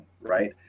right